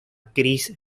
chris